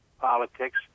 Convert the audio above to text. politics